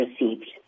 received